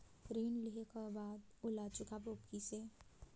ऋण लेहें के बाद ओला चुकाबो किसे?